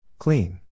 Clean